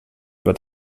über